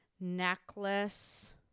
Necklace